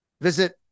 Visit